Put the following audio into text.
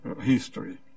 history